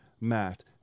Matt